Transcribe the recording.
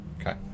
Okay